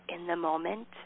in-the-moment